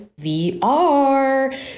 VR